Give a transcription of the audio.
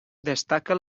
destaca